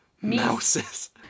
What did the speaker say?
mouses